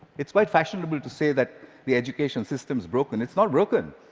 it's quite fashionable to say that the education system's broken. it's not broken.